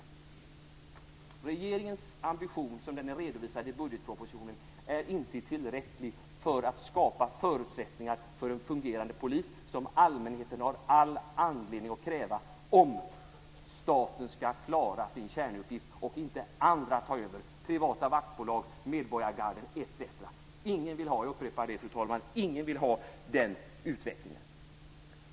Regeringens ambition, som den är redovisad i budgetpropositionen, är inte tillräcklig för att skapa förutsättningar för en fungerande polis som allmänheten har all anledning att kräva om staten ska klara sin kärnuppgift så att inte andra tar över som privata vaktbolag, medborgargarden etc. Ingen vill ha - jag upprepar det, fru talman - ingen vill ha den utvecklingen.